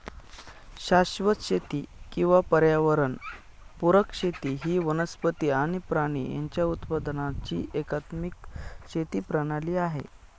शाश्वत शेती किंवा पर्यावरण पुरक शेती ही वनस्पती आणि प्राणी यांच्या उत्पादनाची एकात्मिक शेती प्रणाली आहे